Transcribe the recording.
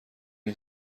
این